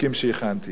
ברצון רב.